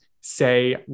say